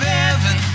heaven